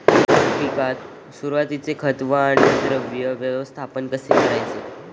हळद पिकात सुरुवातीचे खत व अन्नद्रव्य व्यवस्थापन कसे करायचे?